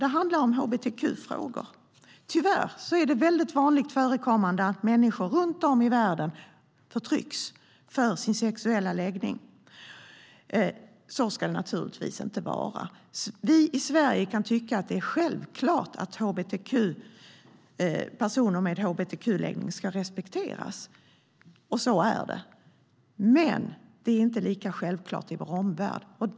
Det handlar om hbtq-frågor. Tyvärr är det mycket vanligt förekommande att människor runt om i världen förtrycks för sin sexuella läggning. Så ska det naturligtvis inte vara. Vi i Sverige kan tycka att det är självklart att personer med hbtq-läggning ska respekteras. Så är det. Men det är inte lika självklart i vår omvärld.